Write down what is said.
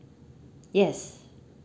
yes